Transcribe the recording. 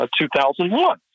2001